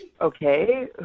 Okay